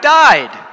died